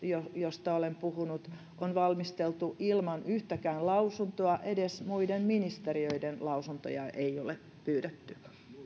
josta olen puhunut on valmisteltu ilman yhtäkään lausuntoa edes muiden ministeriöiden lausuntoja ei ole pyydetty